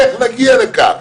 איך נגיע לכך?